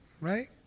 right